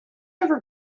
ever